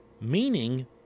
Meaning